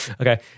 Okay